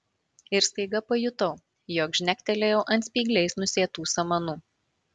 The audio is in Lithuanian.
ir staiga pajutau jog žnektelėjau ant spygliais nusėtų samanų